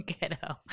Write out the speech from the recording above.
ghetto